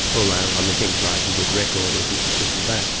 although i mean things like a good record isn't isn't that.